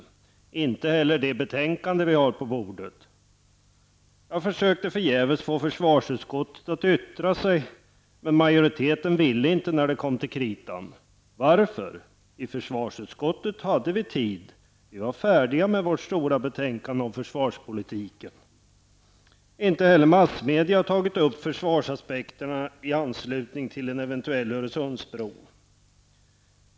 Det görs det inte heller i det betänkande vi har på bordet. Jag försökte förgäves få försvarsutskottet att yttra sig. Men majoriteten ville inte när det kom till kritan. Varför? I försvarsutskottet hade vi tid. Vi var färdiga med vårt stora betänkande om försvarspolitiken. Inte heller massmedia har tagit upp försvarsaspekterna i anslutning till en eventuell Öresundsbro.